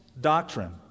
doctrine